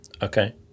Okay